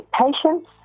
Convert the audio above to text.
patience